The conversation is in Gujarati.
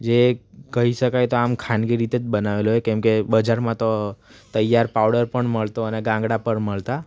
જે કહી શકાય તો આમ ખાનગી રીતે જ બનાવેલો હોય કેમ કે બજારમાં તો તેૈયાર પાવડર પણ મળતો અને ગાંગડા પણ મળતા